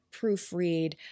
proofread